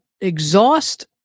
exhaust